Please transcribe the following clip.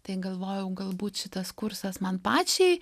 tai galvojau galbūt šitas kursas man pačiai